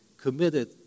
committed